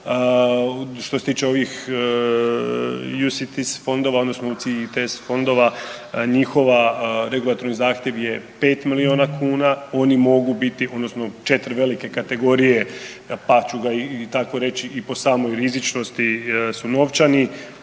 ne razumije/…i test fondova njihov regulativni zahtjev je 5 milijuna kuna, oni mogu biti odnosno 4 velike kategorije, pa ću ga i tako reći i po samoj rizičnosti su novčani,